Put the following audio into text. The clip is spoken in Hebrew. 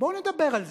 בואו נדבר על זה.